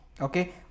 okay